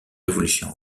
révolution